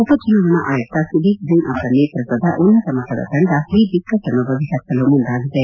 ಉಪಚುನಾವಣಾ ಆಯುಕ್ತ ಸುದೀಪ್ ಜೈನ್ ಅವರ ನೇತೃತ್ವದ ಉನ್ನತ ಮಟ್ಟದ ತಂಡ ಈ ಬಿಕ್ಕಟ್ಟನ್ನು ಬಗೆಪರಿಸಲು ಮುಂದಾಗಿದೆ